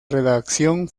redacción